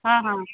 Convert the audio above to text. हा हा